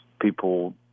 people